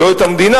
לא את המדינה,